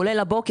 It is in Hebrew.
כולל הבוקר.